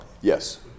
Yes